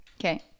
okay